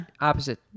Opposite